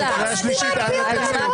אנא, תוציאו אותה.